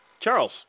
Charles